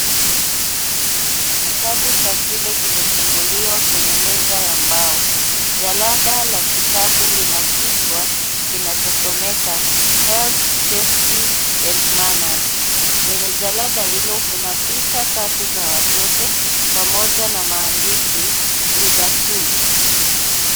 Kitabu cha shule kimefunguliwa kwenye meza ya mbao. Jalada la kitabu lina kichwa kinachosomeka Health Safety And Manners. Kwenye jalada hilo kuna picha tatu za watoto pamoja na maandishi Reader 2.